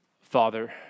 Father